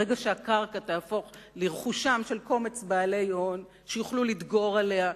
ברגע שהקרקע תהפוך לרכושם של קומץ בעלי הון שיוכלו לדגור עליה,